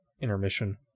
intermission